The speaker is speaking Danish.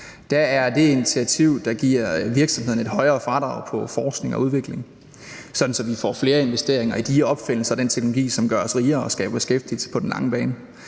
Der er det initiativ, der giver virksomhederne et højere fradrag på forskning og udvikling, sådan at vi får flere investeringer i de opfindelser og i den teknologi, som gør os rigere og skaber beskæftigelse på den lange bane.